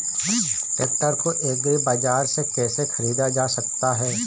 Tractor को agri bazaar से कैसे ख़रीदा जा सकता हैं?